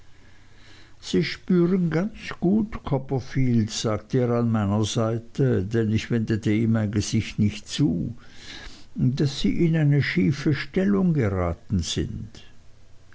sie spüren ganz gut copperfield sagte er an meiner seite denn ich wendete ihm mein gesicht nicht zu daß sie in eine schiefe stellung geraten sind